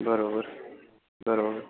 બરોબર બરોબર